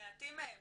מעטים מהם